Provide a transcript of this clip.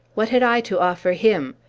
what had i to offer him?